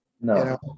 no